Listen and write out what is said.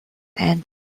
and